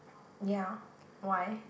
ya why